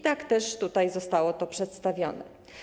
Tak też tutaj zostało to przedstawione.